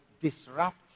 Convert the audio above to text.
disrupt